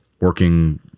working